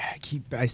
keep